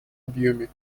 объеме